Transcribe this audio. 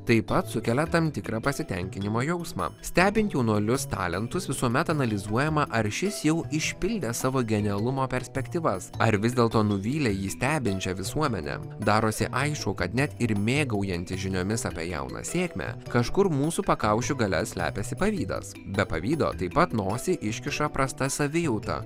taip pat sukelia tam tikrą pasitenkinimo jausmą stebint jaunuolius talentus visuomet analizuojama ar šis jau išpildė savo genialumo perspektyvas ar vis dėlto nuvylė jį stebinčią visuomenę darosi aišku kad net ir mėgaujantis žiniomis apie jauną sėkmę kažkur mūsų pakaušio galia slepiasi pavydas be pavydo taip pat nosį iškiša prasta savijauta